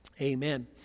Amen